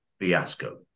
fiasco